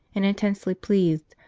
and intensely pleased,